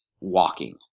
walking